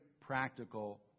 practical